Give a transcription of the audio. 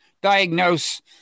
diagnose